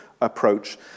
approach